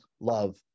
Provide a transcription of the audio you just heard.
love